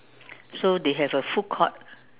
so they have a food court